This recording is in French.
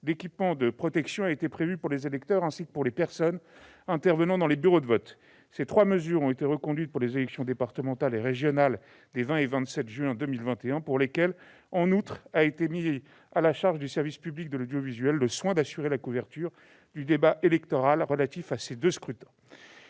d'équipements de protection pour les électeurs ainsi que pour les personnes intervenant dans les bureaux de vote. Ces trois mesures ont été reconduites pour les élections départementales et régionales des 20 et 27 juin 2021, pour lesquelles, en outre, a été mis à la charge du service public de l'audiovisuel le soin d'assurer la couverture du débat électoral relatif à ces deux scrutins.